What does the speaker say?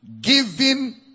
Giving